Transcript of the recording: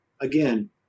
Again